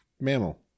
mammal